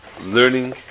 learning